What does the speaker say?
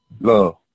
Love